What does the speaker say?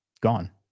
gone